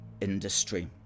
industry